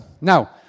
Now